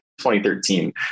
2013